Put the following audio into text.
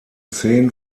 zehn